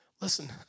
Listen